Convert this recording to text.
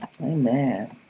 Amen